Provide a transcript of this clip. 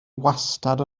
wastad